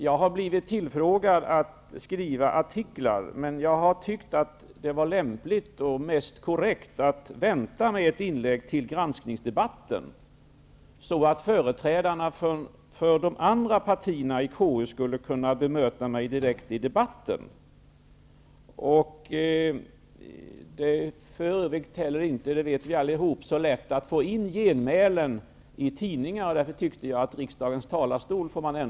Jag har blivit uppmanad att skriva artiklar, men jag har ansett det vara lämpligt och det mest korrekta att vänta med att göra detta inlägg i granskningsdebatten, så att företrädarna för de andra partierna i KU skulle kunna bemöta mig direkt i debatten. Som vi för övrigt allihop vet är det inte så lätt att få in genmälen i tidningarna. Därför tyckte jag att riksdagens talarstol var lämplig.